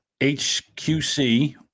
HQC